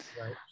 right